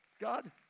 God